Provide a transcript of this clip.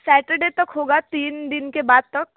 Saturday तक होगा तीन दिन के बाद तक